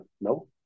No